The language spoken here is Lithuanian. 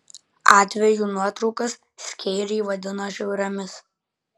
atvejų nuotraukas skeiriai vadino žiauriomis